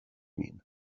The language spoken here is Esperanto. min